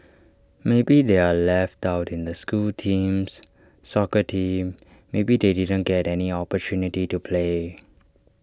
maybe they are left out in the school teams soccer team maybe they didn't get any opportunity to play